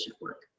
work